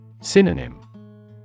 Synonym